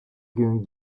giving